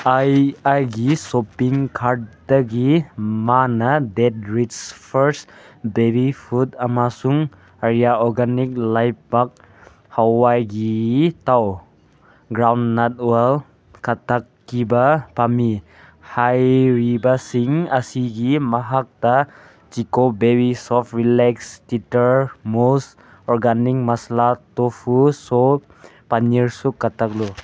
ꯑꯩ ꯑꯩꯒꯤ ꯁꯣꯄꯤꯡ ꯀꯥꯔꯠꯇꯒꯤ ꯃꯥꯅ date rice flours baby food ꯑꯃꯁꯨꯡ ꯍꯔꯤꯌꯥ ꯑꯣꯔꯒꯥꯅꯤꯛ ꯂꯩꯄꯥꯛ ꯍꯋꯥꯏꯒꯤ ꯊꯥꯎ ꯒ꯭ꯔꯥꯎꯟ ꯅꯠ ꯋꯥꯜ ꯀꯛꯊꯠꯈꯤꯕ ꯄꯥꯝꯃꯤ ꯍꯥꯏꯔꯤꯕꯁꯤꯡ ꯑꯁꯤꯒꯤ ꯃꯍꯥꯛꯇ ꯆꯤꯀꯣ ꯕꯦꯕꯤ ꯁꯣꯞ ꯔꯤꯂꯦꯛꯁ ꯇꯤꯇꯔ ꯃꯣꯁ ꯑꯣꯔꯒꯥꯅꯤꯛ ꯃꯁꯂꯥ ꯇꯣꯐꯨ ꯁꯣꯞ ꯄꯅꯤꯔꯁꯨ ꯀꯛꯇꯠꯂꯨ